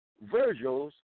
Virgil's